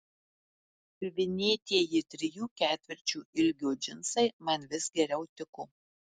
siuvinėtieji trijų ketvirčių ilgio džinsai man vis geriau tiko